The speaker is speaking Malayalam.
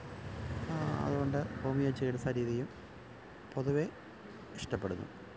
അതുകൊണ്ട് ഹോമിയോ ചികിത്സാരീതിയും പൊതുവേ ഇഷ്ടപ്പെടുന്നു